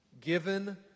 given